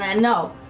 and no.